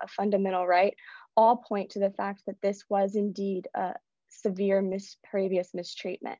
a fundamental right all point to the fact that this was indeed severe miss previous mistreatment